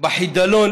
בחידלון